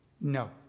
No